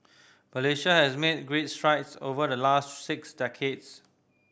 Malaysia has made great strides over the last six decades